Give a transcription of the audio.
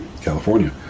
California